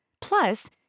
Plus